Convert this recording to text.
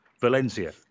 Valencia